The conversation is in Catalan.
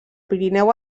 pirineu